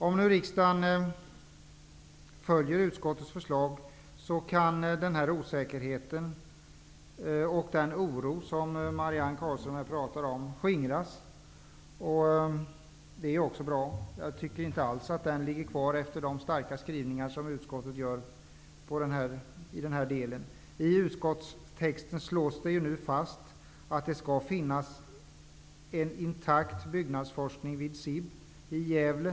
Om nu riksdagen följer utskottets förslag kan den osäkerhet och den oro som Marianne Carlström pratade om skingras. Det är också bra. Jag tycker inte alls att den ligger kvar efter det att utskottet har gjort så starka skrivningar i den här delen. I utskottstexten slås det ju nu fast att det skall finnas en intakt byggnadsforskning vid SIB i Gävle.